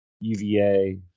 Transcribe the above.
UVA